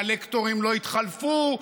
והלקטורים לא התחלפו,